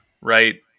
right